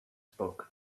spoken